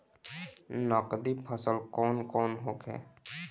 नकदी फसल कौन कौनहोखे?